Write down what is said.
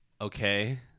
Okay